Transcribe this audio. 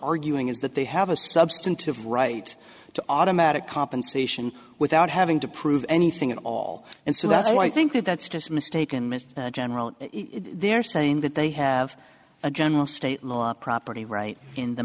arguing is that they have a substantive right to automatic compensation without having to prove anything at all and so that i think that that's just mistaken mr general they're saying that they have a general state law property right in the